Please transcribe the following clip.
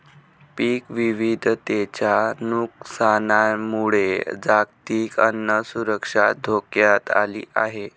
पीक विविधतेच्या नुकसानामुळे जागतिक अन्न सुरक्षा धोक्यात आली आहे